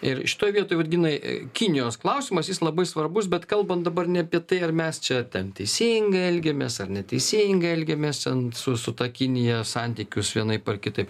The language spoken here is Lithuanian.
ir šitoj vietoj vat ginai kinijos klausimas jis labai svarbus bet kalbant dabar ne apie tai ar mes čia ten teisingai elgiamės ar neteisingai elgiamės ten su su ta kinija santykius vienaip ar kitaip